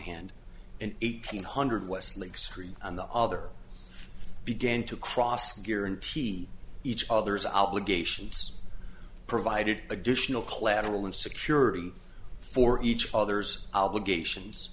hand and eighteen hundred westlake street on the other began to cross guaranteed each other's obligations provided additional collateral and security for each other's obligations